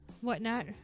whatnot